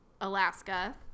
Alaska